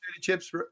chips